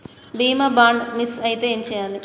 బీమా bond miss అయితే ఏం చేయాలి?